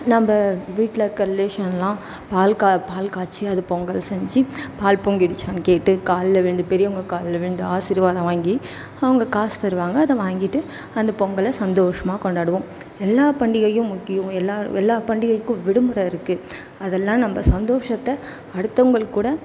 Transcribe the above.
நம்ம வீட்லிருக்க ரிலேஷனெல்லாம் பால் க பால் காய்ச்சி அது பொங்கல் செஞ்சு பால் பொங்கிடுச்சான்னு கேட்டு காலில் விழுந்து பெரியவங்க காலில் விழுந்து ஆசீர்வாதம் வாங்கி அவங்க காசு தருவாங்க அதை வாங்கிட்டு அந்த பொங்கலை சந்தோஷமாக கொண்டாடுவோம் எல்லாம் பண்டிகையும் முக்கியம் எல்லாேர் எல்லா பண்டிகைக்கும் விடுமுறை இருக்குது அதெல்லாம் நம்ம சந்தோஷத்தை அடுத்தவர்கள் கூட